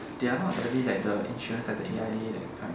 they are not really like the insurance like the A_I_A that kind